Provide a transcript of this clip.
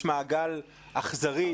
יש מעגל אכזרי,